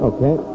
Okay